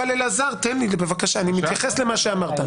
תן לי בבקשה, אני מתייחס למה שאמרת.